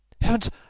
Heavens